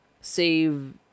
save